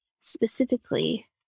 specifically